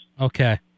Okay